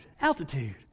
altitude